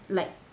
like